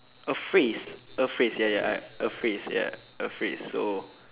a phrase a phrase ya ya I a phrase ya a phrase so